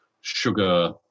sugar